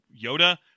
Yoda